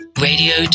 radio